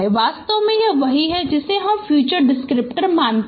वास्तव में यह वही है जिसे हम फ्यूचर डिस्क्रिप्टर मानते है